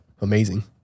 Amazing